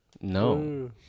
No